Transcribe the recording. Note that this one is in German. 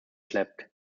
schleppt